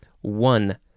one